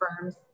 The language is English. firms